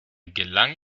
gelang